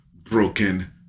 broken